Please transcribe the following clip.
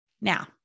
Now